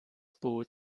boot